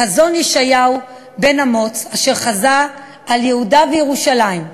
"חזון ישעיהו בן אמוץ אשר חזה על יהודה וירושלם",